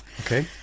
Okay